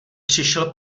přišel